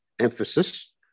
emphasis